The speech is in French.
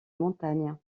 montagne